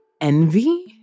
envy